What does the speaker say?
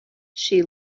she